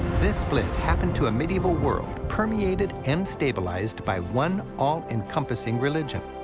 this split happened to a medieval world permeated and stabilized by one all-encompassing religion.